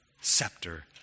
scepter